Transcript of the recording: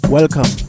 Welcome